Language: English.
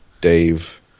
Dave